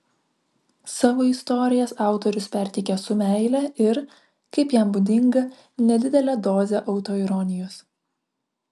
savo istorijas autorius perteikia su meile ir kaip jam būdinga nedidele doze autoironijos